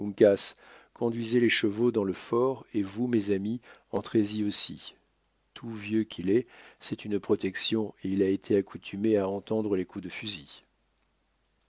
conduisez les chevaux dans le fort et vous mes amis entrez-y aussi tout vieux qu'il est c'est une protection et il a été accoutumé à entendre les coups de fusil